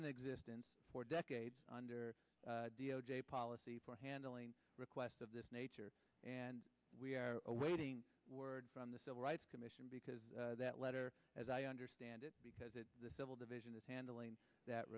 in existence for decades under a policy for handling request of this nature and we are awaiting word from the civil rights commission because that letter as i understand it because it is a civil division is handling that